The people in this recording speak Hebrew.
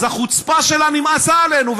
אז החוצפה שלה נמאסה עלינו,